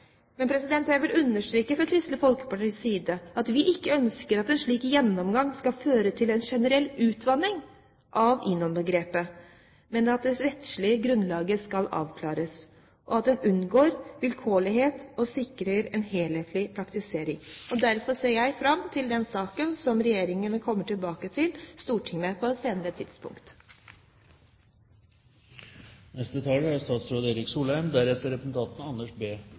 Men fra Kristelig Folkepartis side vil jeg understreke at vi ikke ønsker at en slik gjennomgang skal føre til en generell utvanning av INON-begrepet, men at det rettslige grunnlaget skal avklares, og at en unngår vilkårlighet og sikrer en helhetlig praktisering. Derfor ser jeg fram til den saken som regjeringen vil komme tilbake til Stortinget med på et senere tidspunkt. Jeg takker for at dette spørsmålet blir brakt opp i Stortinget, det er